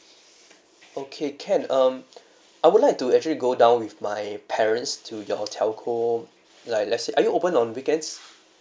okay can um I would like to actually go down with my parents to your telco like let's say are you open on weekends